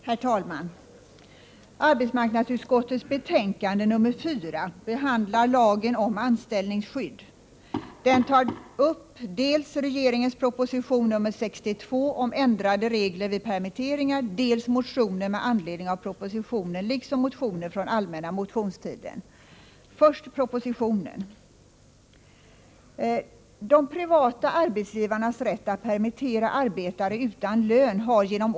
Herr talman! Arbetsmarknadsutskottets betänkande 4 behandlar lagen Torsdagen den om anställningsskydd. Det tar upp dels regeringens proposition nr 62 om 13 december 1984 ändrade regler vid permitteringar, dels motioner med anledning av propositionen liksom motioner från allmänna motionstiden.